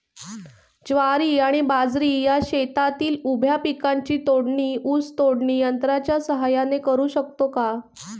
ज्वारी आणि बाजरी या शेतातील उभ्या पिकांची तोडणी ऊस तोडणी यंत्राच्या सहाय्याने करु शकतो का?